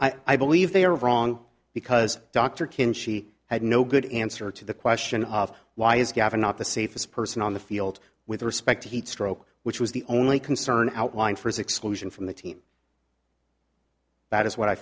i believe they are wrong because dr kim she had no good answer to the question of why is gavin not the safest person on the field with respect to heat stroke which was the only concern outlined first exclusion from the team that is what i